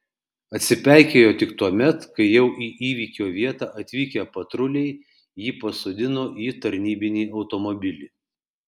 atsipeikėjo tik tuomet kai jau į įvykio vietą atvykę patruliai jį pasodino į tarnybinį automobilį